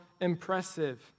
impressive